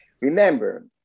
Remember